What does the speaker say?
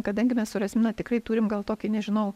kadangi mes su rasmina tikrai turim gal tokį nežinau